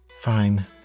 Fine